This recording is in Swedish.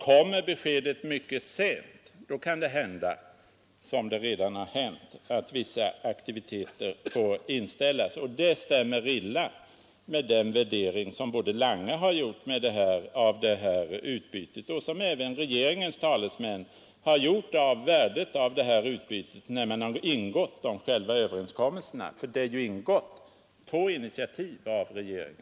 Kommer beskedet mycket sent kan det hända — vilket redan har skett — att vissa aktiviteter får inställas, och det stämmer illa med den bedömning som både herr Lange och även regeringens talesmän gjort av värdet av detta utbyte när de ingått överenskommelserna — de har ju ingåtts på initiativ av regeringen.